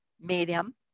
medium